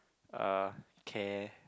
uh care